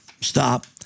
stop